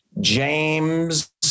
James